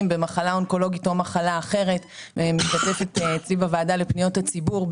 במחלה אונקולוגית או מחלה אחרת והיא משתתפת בוועדה לפניות הציבור.